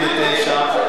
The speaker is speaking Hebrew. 29,